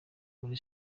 muri